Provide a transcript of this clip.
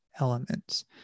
elements